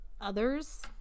others